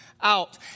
out